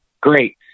great